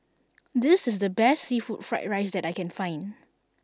this is the best seafood fried rice that I can find